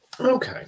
Okay